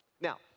Now